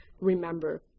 remember